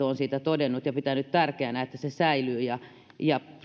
on metsästäjäliitto todennut se on pitänyt tärkeänä että se säilyy ja ja